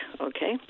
okay